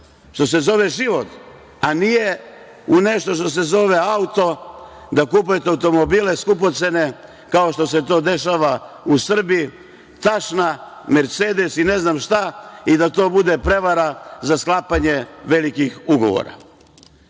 što se zove život, a nije u nešto što se zove auto, da kupujete automobile skupocene, kao što se to dešava u Srbije, tašna, mercedesa i ne znam šta i da to bude prevara za sklapanje velikih ugovora. Kada